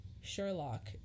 Sherlock